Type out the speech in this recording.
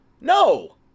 no